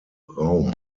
raum